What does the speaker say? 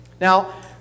Now